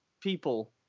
people